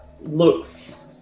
looks